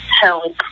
help